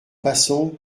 passons